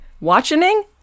Watching